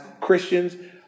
Christians